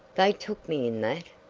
they took me in that!